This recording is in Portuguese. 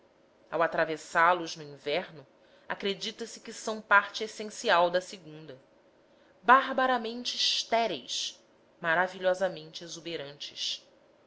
ao atravessá los no inverno acredita se que são parte essencial da segunda barbaramente estéreis maravilhosamente exuberantes